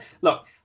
Look